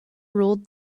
ruled